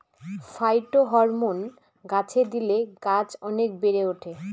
phytohormone গাছে দিলে গাছ অনেক বেড়ে ওঠে